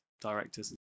directors